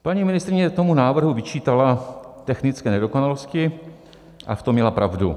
Paní ministryně tomu návrhu vyčítala technické nedokonalosti a v tom měla pravdu.